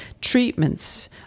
treatments